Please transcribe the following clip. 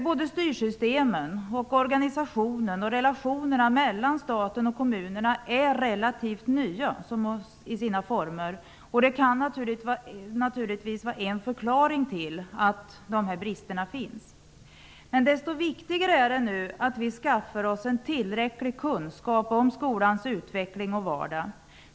Såväl styrsystemen som organisationen och relationerna mellan staten och kommunerna är relativt nya till sina former, och det kan naturligtvis vara en förklaring till att det finns brister. Desto viktigare är det dock att vi nu skaffar oss tillräckliga kunskaper om skolans utveckling och vardag.